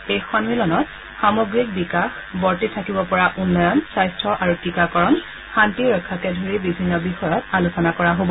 এই সন্মিলনত সামগ্ৰিক বিকাশ বৰ্তি থাকিব পৰা উন্নয়ন স্বাস্থ্য আৰু টীকাকৰণ শান্তি ৰক্ষাকে ধৰি বিভিন্ন বিষয়ত আলোচনা কৰা হ'ব